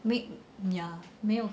wait ya 没有